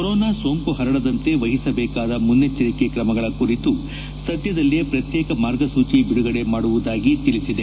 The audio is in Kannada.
ಕೊರೋನಾ ಸೋಂಕು ಪರಡದಂತೆ ವಹಿಸಬೇಕಾದ ಮುನ್ನಚ್ವರಿಕೆ ಕ್ರಮಗಳ ಕುರಿತು ಸದ್ದದಲ್ಲೇ ಪ್ರಕ್ತೇಕ ಮಾರ್ಗಸೂಜಿ ಬಿಡುಗಡೆ ಮಾಡುವುದಾಗಿ ತಿಳಿಸಿದೆ